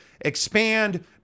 expand